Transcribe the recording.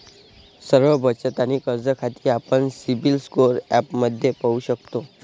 सर्व बचत आणि कर्ज खाती आपण सिबिल स्कोअर ॲपमध्ये पाहू शकतो